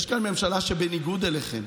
יש כאן ממשלה שבניגוד אליכם,